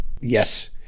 Yes